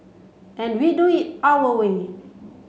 and we do it our way